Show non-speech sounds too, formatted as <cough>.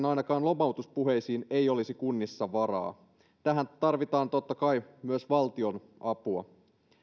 <unintelligible> ainakaan lomautuspuheisiin ei olisi kunnissa varaa tähän tarvitaan totta kai myös valtion apua